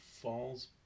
falls